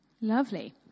Lovely